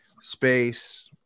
space